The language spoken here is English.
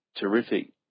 terrific